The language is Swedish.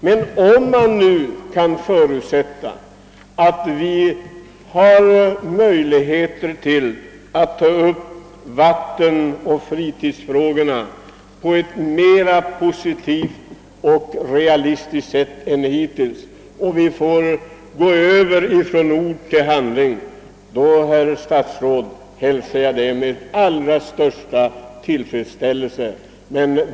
Men om man nu kan förutsätta att vi har möjligheter att ta upp vattenoch fritidsfrågorna på ett mera positivt och realistiskt sätt än hittills och gå över från ord till handling, hälsar jag detta med den allra största tillfredställelse, herr statsråd.